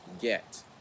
get